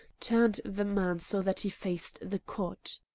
turned the man so that he faced the cot.